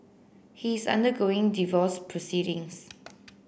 he is undergoing divorce proceedings